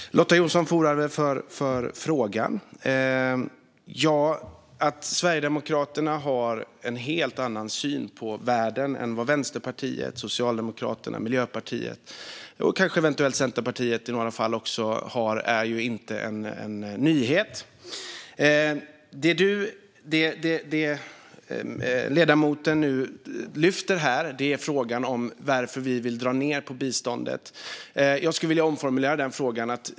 Herr talman! Tack, Lotta Johnsson Fornarve, för frågan! Att Sverigedemokraterna har en helt annan syn på världen än vad Vänsterpartiet, Socialdemokraterna, Miljöpartiet och kanske eventuellt Centerpartiet i några fall har är inte en nyhet. Det ledamoten nu lyfter fram är frågan varför vi vill dra ned på biståndet. Jag skulle vilja omformulera den frågan.